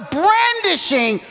brandishing